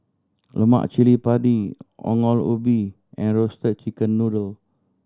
lemak cili padi Ongol Ubi and Roasted Chicken Noodle